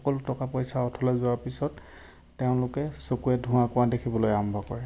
সকলো টকা পইচা অথলে যোৱাৰ পিছত তেওঁলোকে চকুৰে ধোঁৱা কোৱা দেখিবলৈ আৰম্ভ কৰে